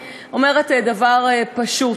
והיא אומרת דבר פשוט: